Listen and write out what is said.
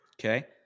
Okay